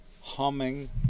humming